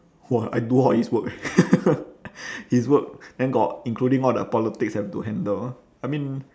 !wah! I do all his work eh his work then got including all the politics have to handle I mean